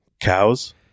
Cows